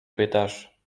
pytasz